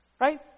Right